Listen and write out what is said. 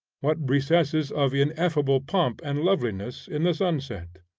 what recesses of ineffable pomp and loveliness in the sunset!